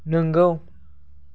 नंगौ